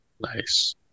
Nice